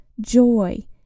joy